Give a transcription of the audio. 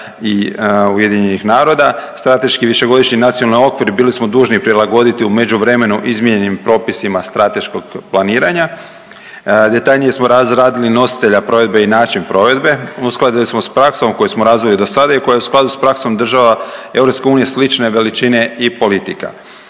i Ujedinjenih naroda. Strateški višegodišnji nacionalni okvir bili smo dužni prilagoditi u međuvremenu izmijenjenim propisima strateškog planiranja, detaljnije smo razradili nositelja provedbe i način provedbe, uskladili smo sa praksom koju smo razvili do sada i koja je u skladu sa praksom država EU slične veličine i politika.